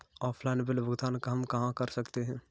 Offline bill भुगतान हम कहां कर सकते हैं?